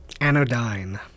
Anodyne